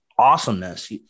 awesomeness